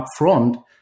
upfront